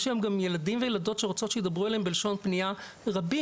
יש היום גם ילדים וילדות שרוצים שידבר אליהם בלשון פניה רבים,